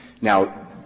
Now